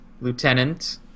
lieutenant